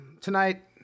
tonight